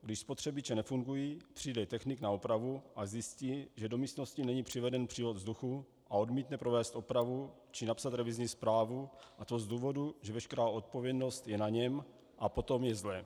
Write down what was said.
Když spotřebiče nefungují, přijde technik na opravu a zjistí, že do místnosti není přiveden přívod vzduchu, a odmítne provést opravu či napsat revizní zprávu, a to z důvodu, že veškerá odpovědnost je na něm a potom je zle.